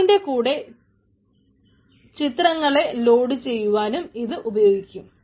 അതിന്റെ കൂടെ ചിത്രങ്ങളെ ലോഡ് ചെയ്യുവാനും ഇത് ഉപയോഗിക്കും